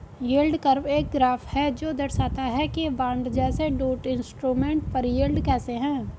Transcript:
yield curve एक graph है जो दर्शाता है कि बॉन्ड जैसे डेट इंस्ट्रूमेंट पर यील्ड कैसे है